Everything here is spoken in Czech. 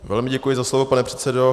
Velmi děkuji za slovo, pane předsedo.